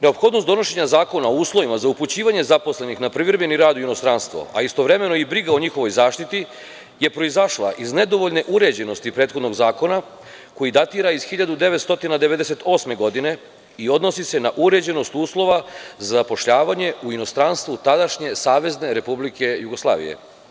Neophodnost donošenja zakona o uslovima za upućivanje zaposlenih na privremeni rad u inostranstvo, a istovremeno i briga o njihovoj zaštiti je proizašla iz nedovoljne uređenosti prethodnog zakona koji datira iz 1998. godine i odnosi se na uređenost uslova za zapošljavanje u inostranstvu tadašnje Savezne Republike Jugoslavije.